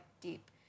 deep